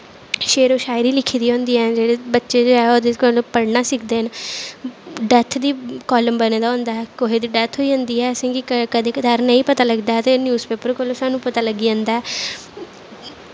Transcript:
शेरो शायरी लिखी दी होंदियां न जेह्ड़े बच्चे ओह्दे कोला दा पढ़नां सिक्खदे न डेथ दा कॉलम बने दा होंदा ऐ कुसै दी डेथ होई जंदी ऐ असें गी कदें कदार नेईं पता लगदा ते न्यूज़ पेपर कोला सानूं पता लग्गी जंदा